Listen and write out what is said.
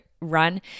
run